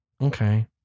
okay